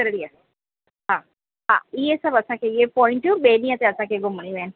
शिरडीअ हा हा इहे सभु असांखे इहे पोइंटियूं ॿिए ॾींहं ते असांखे घुमणियूं आहिनि